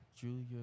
Julia